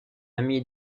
ami